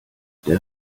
der